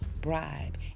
bribe